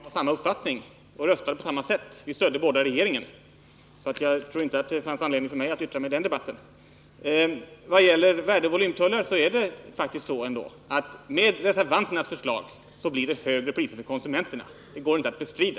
Fru talman! I varvsfrågan hade Stig Josefson och jag samma uppfattning och röstade på samma sätt. Vi stödde båda regeringen, så jag tror inte att det fanns anledning för mig att yttra mig i den debatten. Vad gäller värdeoch volymtullar är det faktiskt så att med reservanternas förslag blir det högre priser för konsumenterna. Det går inte att bestrida.